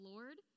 Lord